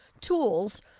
tools